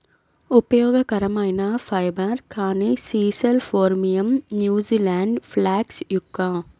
ఉపయోగకరమైన ఫైబర్, కానీ sisal phormium, New Zealand flax yucca